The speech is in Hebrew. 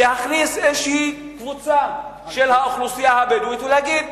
להכניס קבוצה של האוכלוסייה הבדואית ולהגיד,